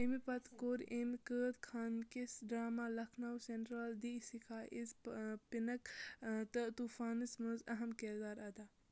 امہِ پتہٕ کوٚر أمہِ قٲد خان کِس drama Lucknow central the sky is pink تہٕ طوٗفانس منٛز اہم کردار ادا